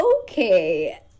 okay